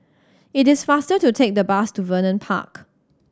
it is faster to take the bus to Vernon Park